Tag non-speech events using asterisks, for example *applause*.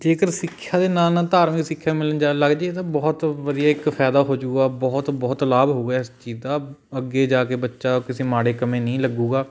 ਜੇਕਰ ਸਿੱਖਿਆ ਦੇ ਨਾਲ ਨਾਲ ਧਾਰਮਿਕ ਸਿੱਖਿਆ ਮਿਲਣ *unintelligible* ਲੱਗ ਜਾਏ ਤਾਂ ਬਹੁਤ ਵਧੀਆ ਇੱਕ ਫਾਇਦਾ ਹੋ ਜੂਗਾ ਬਹੁਤ ਬਹੁਤ ਲਾਭ ਹੋਊਗਾ ਇਸ ਚੀਜ਼ ਦਾ ਅੱਗੇ ਜਾ ਕੇ ਬੱਚਾ ਕਿਸੇ ਮਾੜੇ ਕੰਮ ਨਹੀਂ ਲੱਗੂਗਾ